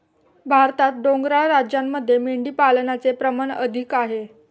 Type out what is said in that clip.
भारतात डोंगराळ राज्यांमध्ये मेंढीपालनाचे प्रमाण अधिक आहे